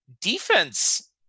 defense